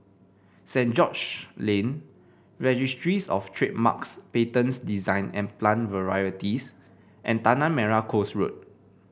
Saint George Lane Registries Of Trademarks Patents Design and Plant Varieties and Tanah Merah Coast Road